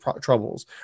troubles